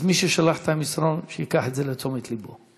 אז מי ששלח את המסרון, שייקח את זה לתשומת לבו.